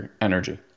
energy